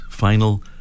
final